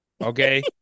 Okay